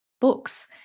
books